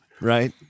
right